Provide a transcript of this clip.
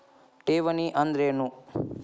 ಠೇವಣಿ ಅಂದ್ರೇನು?